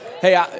Hey